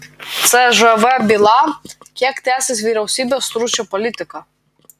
cžv byla kiek tęsis vyriausybės stručio politika